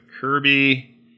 Kirby